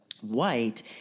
white